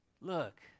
look